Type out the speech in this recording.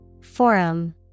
Forum